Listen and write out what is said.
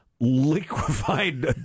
liquefied